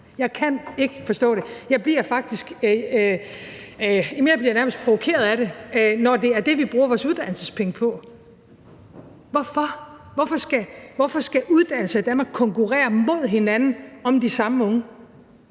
Jeg kan ikke forstå det. Jeg bliver nærmest provokeret af det, når det er det, vi bruger vores uddannelsespenge på. Hvorfor? Hvorfor skal uddannelser i Danmark konkurrere mod hinanden om de samme unge?